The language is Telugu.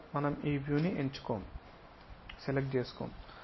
కాబట్టి మనం ఈ వ్యూని ఎంచుకోము